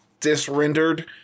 disrendered